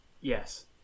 Yes